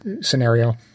scenario